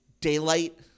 Daylight